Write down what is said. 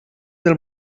del